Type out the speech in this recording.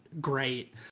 great